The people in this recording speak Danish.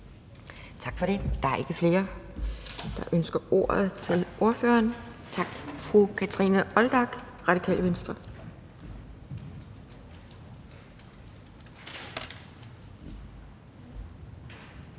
Tak for det. Der er ikke flere, der ønsker ordet for korte bemærkninger til ordføreren. Fru Kathrine Olldag, Radikale Venstre.